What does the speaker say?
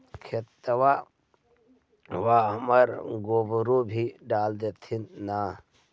खेतबा मर गोबरो भी डाल होथिन न?